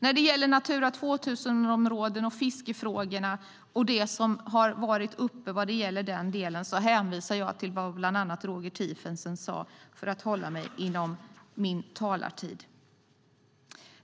När det gäller Natura 2000-områden och fiskefrågorna hänvisar jag till vad bland annat Roger Tiefensee sade, för att hålla mig inom min talartid. Fru talman!